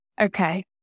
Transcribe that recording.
Okay